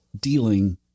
dealing